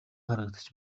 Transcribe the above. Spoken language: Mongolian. харагдаж